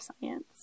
science